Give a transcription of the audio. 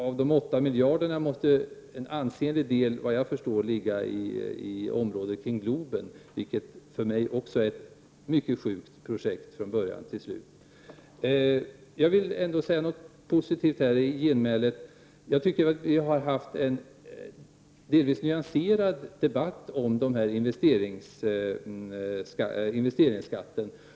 Av dessa åtta miljarder måste, såvitt jag förstår, en ansenlig del ha använts i området kring Globen. Det tycker jag också är ett mycket sjukt projekt från början till slut. Jag vill ändå säga något positivt i mitt genmäle. Jag tycker att vi har haft en delvis nyanserad debatt om den här investeringsskatten.